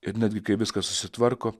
ir netgi kai viskas susitvarko